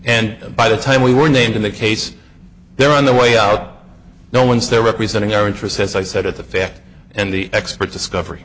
and by the time we were named in the case there on the way out no one's there representing our interests as i said at the fact and the expert discovery